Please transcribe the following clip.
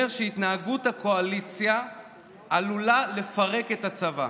אומר שהתנהגות הקואליציה עלולה לפרק את הצבא.